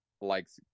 likes